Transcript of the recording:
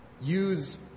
use